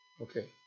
Okay